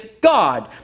God